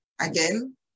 again